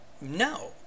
no